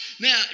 Now